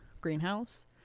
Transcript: greenhouse